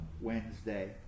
Wednesday